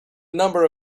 number